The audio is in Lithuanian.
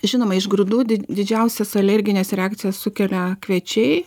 žinoma iš grūdų didžiausias alergines reakcijas sukelia kviečiai